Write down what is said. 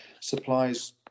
supplies